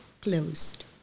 closed